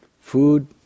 Food